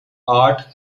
art